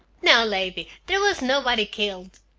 no, lady, there wasn't nobody killed.